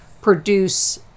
produce